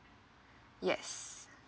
yes